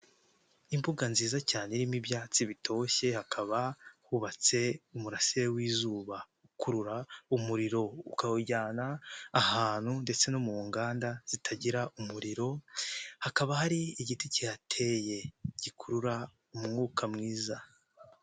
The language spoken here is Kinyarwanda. Imbuga nziza cyane irimo ibyatsi bitoshye hakaba hubatse umurasire w'izuba, ukurura umuriro, ukawujyana ahantu ndetse no mu nganda zitagira umuriro, hakaba hari igiti kihateye, gikurura umwuka mwiza.